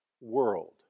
world